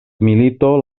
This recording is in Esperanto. milito